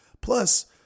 Plus